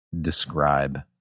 describe